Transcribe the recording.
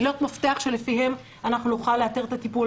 מילות מפתח שלפיהן אנחנו נוכל לאתר את הטיפול.